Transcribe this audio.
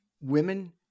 Women